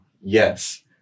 Yes